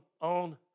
on